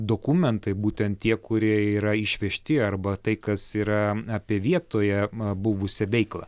dokumentai būtent tie kurie yra išvežti arba tai kas yra apie vietoje buvusią veiklą